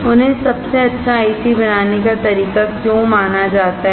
उन्हें सबसे अच्छा आईसी बनाने का तरीका क्यों माना जाता है